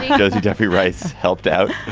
jose jeffie rice helped out